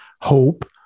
hope